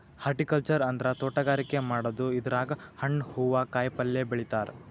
horticulture ಅಂದ್ರ ತೋಟಗಾರಿಕೆ ಮಾಡದು ಇದ್ರಾಗ್ ಹಣ್ಣ್ ಹೂವಾ ಕಾಯಿಪಲ್ಯ ಬೆಳಿತಾರ್